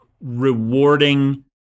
rewarding